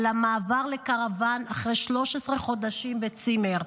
על המעבר לקרוואן אחרי 13 חודשים בצימר,